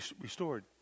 restored